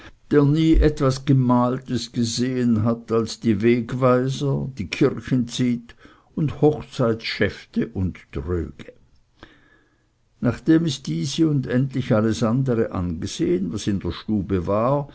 der nie etwas gemaltes gesehen als die wegweiser die kirchenzyt und hochzeitschäfte und tröge nachdem es diese und endlich alles andere angesehen was in der stube war